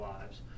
lives